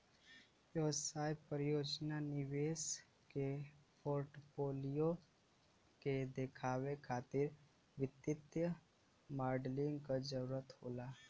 व्यवसाय परियोजना निवेश के पोर्टफोलियो के देखावे खातिर वित्तीय मॉडलिंग क जरुरत होला